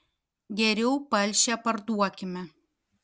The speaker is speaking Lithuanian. geriau palšę parduokime